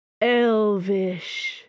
Elvish